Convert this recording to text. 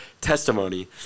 testimony